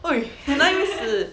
!oi! 哪里会死